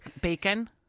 Bacon